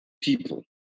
people